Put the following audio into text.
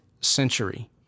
century